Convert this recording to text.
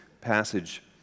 passage